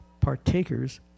partakers